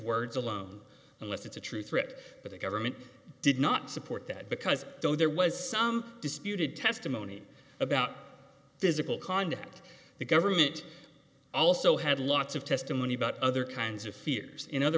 words alone unless it's a true threat to the government did not support that because there was some disputed testimony about physical conduct the government also had lots of testimony about other kinds of fears in other